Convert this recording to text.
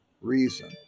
reason